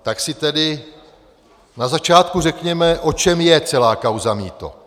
Tak si tedy na začátku řekněme, o čem je celá kauza mýto.